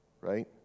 right